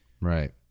Right